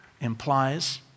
implies